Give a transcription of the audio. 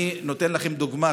אני נותן לכם דוגמה.